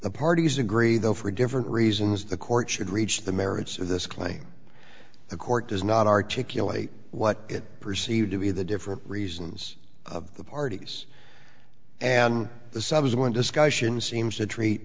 the parties agree though for different reasons the court should reach the merits of this claim the court does not articulate what it perceived to be the different reasons of the parties and the subsequent discussion seems to treat